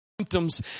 symptoms